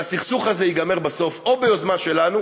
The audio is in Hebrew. והסכסוך הזה ייגמר בסוף או ביוזמה שלנו